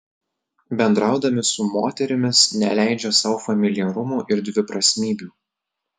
bendraudami su moterimis neleidžia sau familiarumų ir dviprasmybių